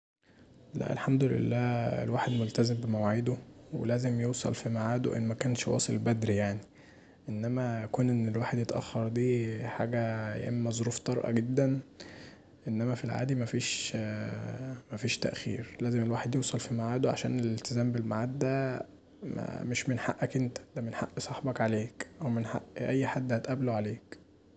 لأ الحمدلله الواحد ملتزم بمواعيده ولازم يوصل في في ميعاده ان مكانش واصل بدري يعني انما كون ان الواحد يتأخر دي حاجه يا اما ظروف طارئه جدا انما في العادي مفيش تأخير، لازم الواحد يوصل في ميعاده عشان الألتزام بالميعاد دا مش من حقك انت، دا من حق صاحبك عليك، او من حق اي حد هتقابله عليك.